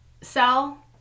cell